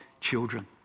children